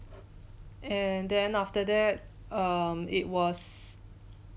and then after that um it was